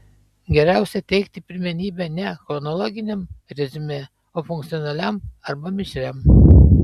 geriausia teikti pirmenybę ne chronologiniam reziumė o funkcionaliam arba mišriam